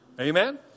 Amen